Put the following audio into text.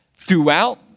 Throughout